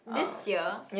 this year